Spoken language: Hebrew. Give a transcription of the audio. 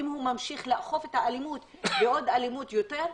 אם הוא ממשיך לאכוף את האלימות באלימות רבה יותר?